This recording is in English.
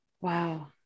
Wow